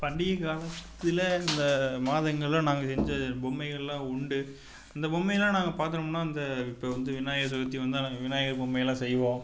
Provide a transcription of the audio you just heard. பண்டிகை காலத்தில் இந்த மாதங்கள்ல நாங்கள் செஞ்ச பொம்மைகள்லாம் உண்டு இந்த பொம்மைலாம் நாங்கள் பார்த்துட்டோம்னா இந்த இப்போ வந்து விநாயகர் சதுர்த்தி வந்தா நாங்கள் விநாயகர் பொம்மையெலாம் செய்வோம்